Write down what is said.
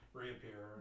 reappear